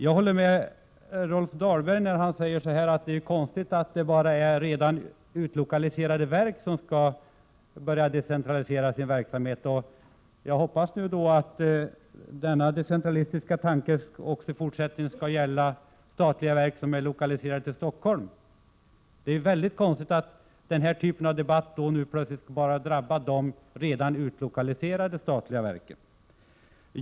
Jag håller med Rolf Dahlberg när han säger att det är konstigt att det är bara redan utlokaliserade verk som skall börja decentralisera sin verksamhet. Jag hoppas att denna decentralistiska tanke i fortsättningen skall gälla också statliga verk som är lokaliserade till Stockholm. Det är ju mycket konstigt att denna debatt drabbar bara redan utlokaliserade statliga verk.